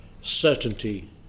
certainty